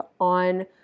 on